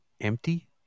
empty